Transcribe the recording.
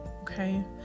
okay